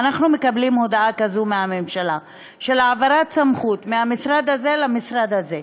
אנחנו מקבלים הודעה כזאת מהממשלה על העברת סמכות מהמשרד הזה למשרד הזה.